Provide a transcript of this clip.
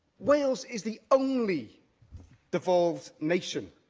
wales is the only devolved nation